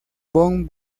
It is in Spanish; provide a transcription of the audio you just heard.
von